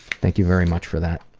thank you very much for that.